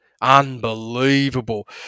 unbelievable